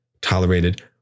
tolerated